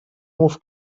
hof